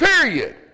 Period